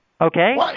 Okay